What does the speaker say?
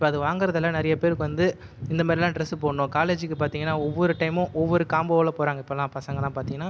இப்போ அதை வாங்கிறதுல நிறைய பேருக்கு வந்து இந்த மாதிரிலாம் டிரஸ் போடணும் காலேஜுக்கு பார்த்தீங்கன்னா ஒவ்வொரு டைமும் ஒவ்வொரு காம்போவில் போகிறாங்க இப்போலாம் பசங்கலாம் பார்த்தீங்கன்னா